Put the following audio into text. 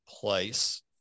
place